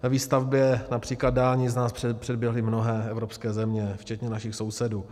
Ve výstavbě například dálnic nás předběhly mnohé evropské země včetně našich sousedů.